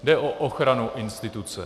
Jde o ochranu instituce.